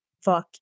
fuck